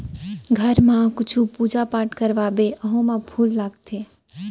घर म कुछु पूजा पाठ करवाबे ओहू म फूल लागथे